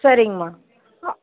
சரிங்கம்மா ஆ